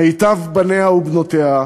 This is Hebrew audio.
מיטב בניה ובנותיה,